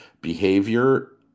Behavior